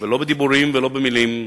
לא בדיבורים ולא במלים,